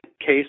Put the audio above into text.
case